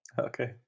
Okay